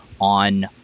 on